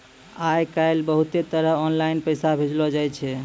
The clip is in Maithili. आय काइल बहुते तरह आनलाईन पैसा भेजलो जाय छै